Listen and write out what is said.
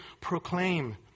proclaim